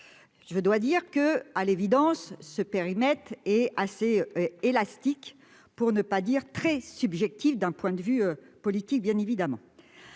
du texte. À l'évidence, ce périmètre est assez élastique, pour ne pas dire très subjectif d'un point de vue politique. Ainsi, le